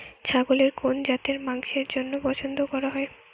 ছাগলের কোন জাতের মাংসের জন্য পছন্দ করা হয়?